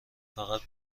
فقط